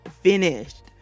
finished